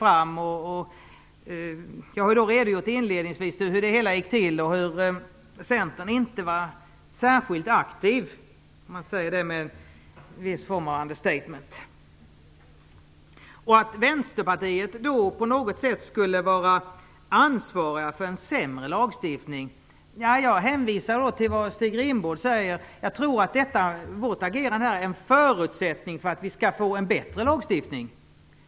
Jag har inledningsvis redogjort för hur det hela gick till och pekat på att Centern inte var särskilt aktiv - för att använda ett understatement. Vad gäller att Vänsterpartiet på något sätt skulle vara ansvarigt för en sämre lagstiftning vill jag hänvisa till vad Stig Rindborg säger. Jag tror att vårt agerande här är en förutsättning för att vi skall få en bättre lagstiftniing.